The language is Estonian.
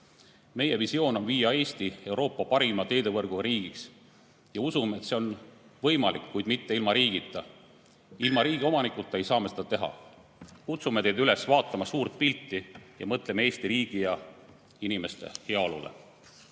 Meie visioon on [muuta] Eesti Euroopa parima teevõrguga riigiks. Usume, et see on võimalik, kuid mitte ilma riigita. Ilma riigi kui omanikuta ei saa me seda teha. Kutsume teid üles vaatama suurt pilti ja mõtlema Eesti riigi ja inimeste heaolule.